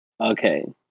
Okay